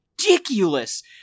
ridiculous